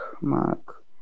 Mark